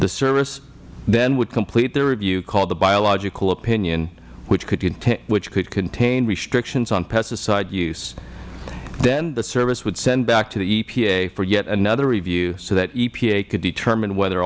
the services then would complete their review called the biological opinion which could contain restrictions on pesticide use then the service would send back to the epa for yet another review so that epa could determine whether